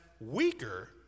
weaker